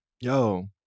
Yo